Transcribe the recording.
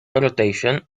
rotation